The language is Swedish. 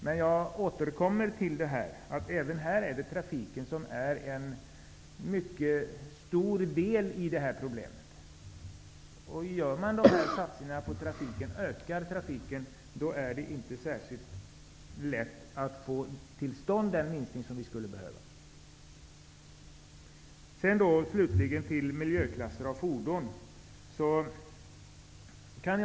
Men jag återkommer till att det även i detta sammanhang är trafiken som har en mycket stor del i detta problem. Om man gör ytterligare satsningar på trafiken, ökar trafiken. Och då är det inte särskilt lätt att få till stånd den minskning som vi skulle behöva. Slutligen vill jag säga något om miljöklassning av fordon.